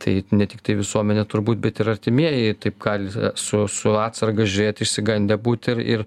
tai ne tiktai visuomenė turbūt bet ir artimieji taip gali su su atsarga žiūrėt išsigandę būt ir ir